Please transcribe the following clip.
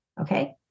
Okay